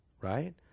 Right